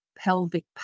pelvic